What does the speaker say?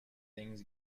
things